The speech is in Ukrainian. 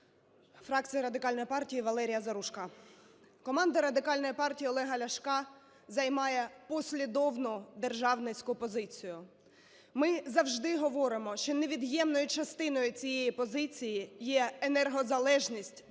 Фракція Радикальної партії, Валерія Заружко. Команда Радикальної партії Олега Ляшка займає послідовну державницьку позицію. Ми завжди говоримо, що невід'ємною частиною цієї позиції є енергозалежність та